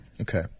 okay